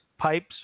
pipes